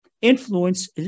influence